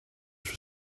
were